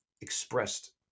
expressed